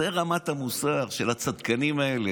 זו רמת המוסר של הצדקנים האלה,